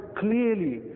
clearly